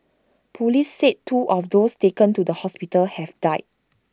Police said two of those taken to the hospital have died